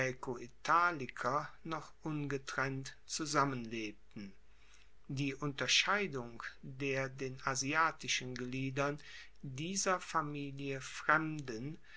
noch ungetrennt zusammenlebten die unterscheidung der den asiatischen gliedern dieser familie fremden